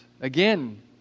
again